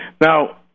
Now